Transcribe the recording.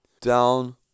down